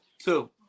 Two